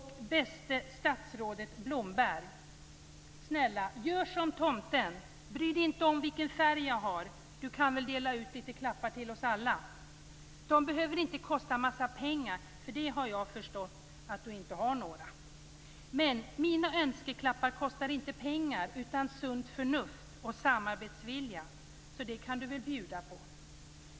Bäste statsrådet Blomberg! Snälla, gör som tomten och strunta i vilken färg jag har. Statsrådet kan väl dela ut litet klappar till oss alla? De behöver inte kosta en massa pengar, för det har jag förstått att statsrådet inte har några. Men mina önskeklappar kostar inte pengar, utan sunt förnuft och samarbetsvilja. Det kan väl statsrådet bjuda på?